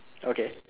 okay